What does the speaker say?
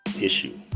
issue